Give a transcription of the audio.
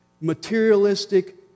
materialistic